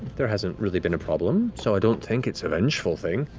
there hasn't really been a problem. so i don't think it's a vengeful thing.